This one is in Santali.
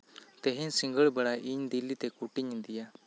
ᱛᱮᱦᱮᱧ ᱥᱤᱸᱜᱟᱹᱲ ᱵᱮᱲᱟ ᱤᱧ ᱫᱤᱞᱞᱤᱛᱮ ᱠᱩᱴᱤᱧ ᱤᱫᱤᱭᱟ